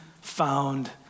found